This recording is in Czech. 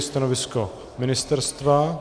Stanovisko ministerstva?